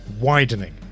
widening